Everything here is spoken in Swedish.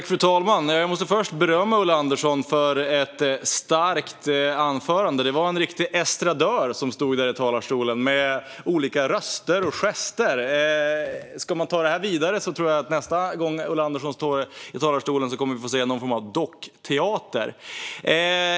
Fru talman! Jag måste först berömma Ulla Andersson för ett starkt anförande. Det var en riktig estradör som stod i talarstolen, med olika röster och gester. Ska man ta detta vidare tror jag att vi nästa gång Ulla Andersson står i talarstolen kommer att få se någon form av dockteater.